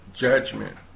Judgment